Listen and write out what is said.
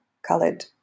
coloured